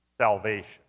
salvation